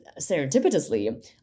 serendipitously